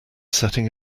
setting